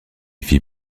fit